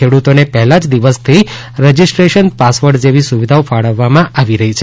ખેડૂતોને પહેલા જ દિવસથી રજીસ્ટ્રેશન પાસવર્ડ જેવી સુવિધાઓ ફાળવવામાં આવી રહી છે